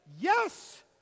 Yes